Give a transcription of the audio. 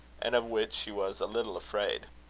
and of which she was a little afraid.